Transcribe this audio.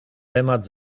temat